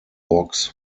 box